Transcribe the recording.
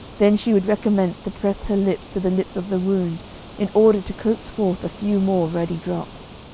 then she would recommence to press her lips to the lips of the wound in order to coax forth a few more ruddy drops.